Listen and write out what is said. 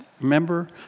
remember